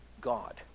God